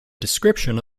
description